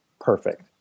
perfect